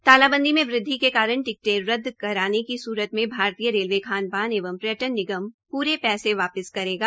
तालाबंदी में वृदवि के कारण टिकटे रदद कराने की सुरत मे भारतीय रेलवे खानपान एवं पर्यटन निगम प्रे पैसे वापस करेगा